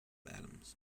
atoms